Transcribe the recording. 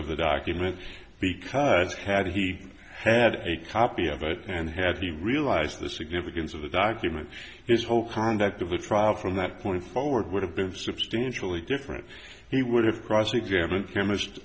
of the document because had he had a copy of it and had he realized the significance of the documents his whole conduct of the trial from that point forward would have been substantially different he would have cross examined chemist